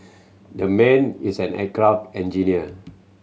the man is an aircraft engineer